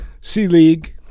C-League